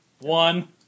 One